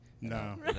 No